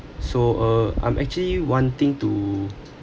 so uh I'm actually wanting to